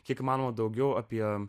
kiek įmanoma daugiau apie